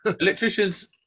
Electricians